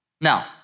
Now